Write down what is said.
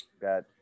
Got